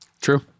true